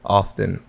often